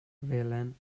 felen